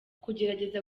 kugerageza